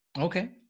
Okay